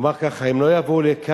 הוא אמר ככה: הם לא יבואו לכאן,